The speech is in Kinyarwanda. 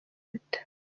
potter